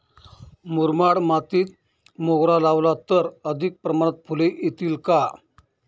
मुरमाड मातीत मोगरा लावला तर अधिक प्रमाणात फूले येतील का?